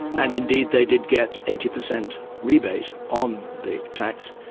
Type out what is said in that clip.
and indeed they did get eighty percent rebate on the tax,